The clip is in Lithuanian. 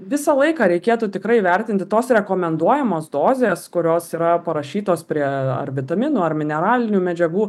visą laiką reikėtų tikrai vertinti tos rekomenduojamos dozės kurios yra parašytos prie ar vitaminų ar mineralinių medžiagų